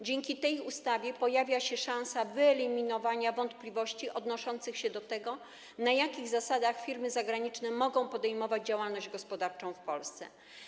Dzięki tej ustawie pojawia się szansa wyeliminowania wątpliwości odnoszących się do tego, na jakich zasadach firmy zagraniczne mogą podejmować działalność gospodarczą w Polsce.